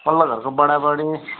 पल्लो घरको बढा बढी